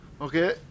okay